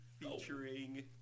featuring